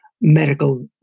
medical